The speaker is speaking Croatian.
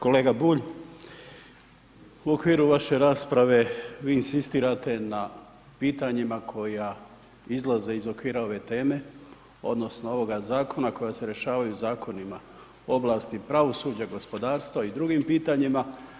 Kolega Bulj, u okviru vaše rasprave vi inzistirate na pitanjima koja izlaze iz okvira ove teme, odnosno ovoga zakona koja se rješavaju zakonima o oblasti pravosuđa, gospodarstva i drugim pitanjima.